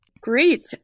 Great